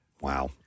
wow